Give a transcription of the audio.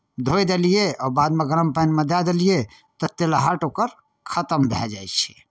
धोइ देलियै आओर बादमे गरम पानिमे दए देलियै तऽ तेलहट ओकर खतम भए जाइ छै